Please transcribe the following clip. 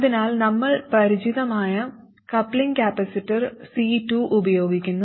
അതിനാൽ നമ്മൾ പരിചിതമായ കപ്ലിംഗ് കപ്പാസിറ്റർ C2 ഉപയോഗിക്കുന്നു